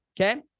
Okay